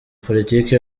politiki